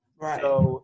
Right